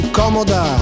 comoda